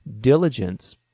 diligence